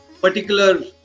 particular